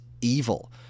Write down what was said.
evil